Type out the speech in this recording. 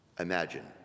Imagine